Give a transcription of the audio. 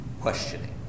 questioning